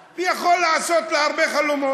יכול להשקיע בה, יכול לעשות לה הרבה חלומות.